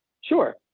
Sure